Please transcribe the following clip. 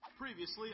Previously